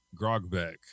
grogbeck